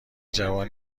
جوان